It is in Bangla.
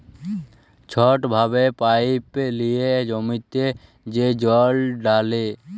ছট ভাবে পাইপ লিঁয়ে জমিতে যে জল ঢালে